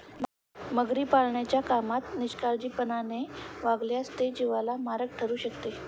मगरी पाळण्याच्या कामात निष्काळजीपणाने वागल्यास ते जीवाला मारक ठरू शकते